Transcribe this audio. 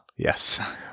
yes